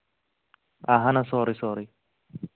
اَہن حظ سورُے سورُے